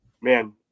Man